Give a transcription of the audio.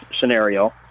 scenario